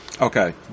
Okay